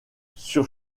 sur